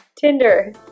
tinder